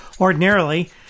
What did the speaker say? Ordinarily